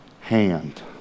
hand